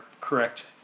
correct